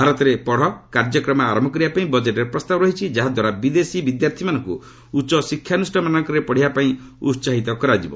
ଭାରତରେ ପଢ଼ କାର୍ଯ୍ୟକ୍ରମ ଆରମ୍ଭ କରିବାପାଇଁ ବଜେଟ୍ରେ ପ୍ରସ୍ତାବ ରହିଛି ଯାହାଦ୍ୱାରା ବିଦେଶୀ ବିଦ୍ୟାର୍ଥୀମାନଙ୍କୁ ଉଚ୍ଚ ଶିକ୍ଷାନୁଷ୍ଠାନମାନଙ୍କରେ ପଢ଼ିବାପାଇଁ ଉହାହିତ କରାଯିବ